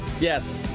Yes